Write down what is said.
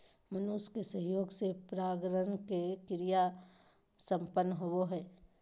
मनुष्य के सहयोग से परागण के क्रिया संपन्न होबो हइ